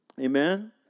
Amen